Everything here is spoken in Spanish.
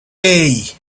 hey